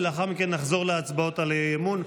ולאחר מכן נחזור להצבעות על האי-אמון.